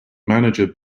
manager